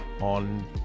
on